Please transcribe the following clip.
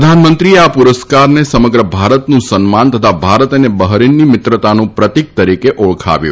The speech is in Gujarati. પ્રધાનમંત્રીએ આ પુરસ્કારને સમગ્ર ભારતનું સન્માન તથા ભારત અને બહરીનની મિત્રતાનું પ્રતીક તરીકે ઓળખાવ્યું